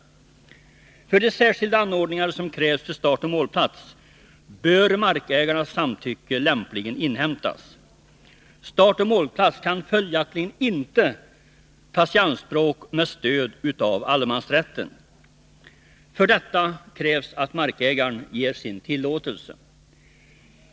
För de särskilda anordningar som krävs vid startoch målplats bör markägarens samtycke lämpligen inhämtas. Startoch målplats kan följaktligen inte tas i anspråk med stöd av allemansrätten. För detta krävs att markägaren ger sin tillåtelse.